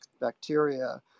bacteria